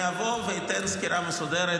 אני אבוא ואתן סקירה מסודרת,